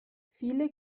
viele